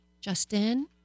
Justin